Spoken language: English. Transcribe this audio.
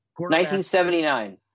1979